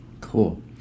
Cool